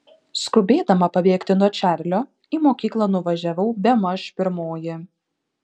skubėdama pabėgti nuo čarlio į mokyklą nuvažiavau bemaž pirmoji